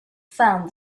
found